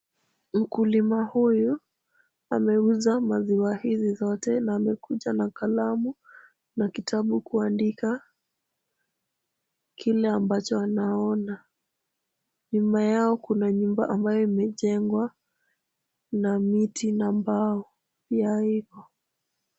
Mkulima huyu ameuza maziwa hizi zote na amekuja na kalamu na kitabu kuandika kile ambacho anaona. Nyuma yao kuna nyumba ambayo imejengwa na miti na mbao pia iko.